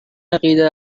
عقیده